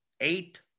eight